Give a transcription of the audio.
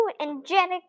energetic